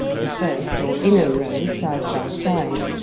the first or inner row side by side,